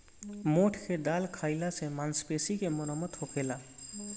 मोठ के दाल खाईला से मांसपेशी के मरम्मत होखेला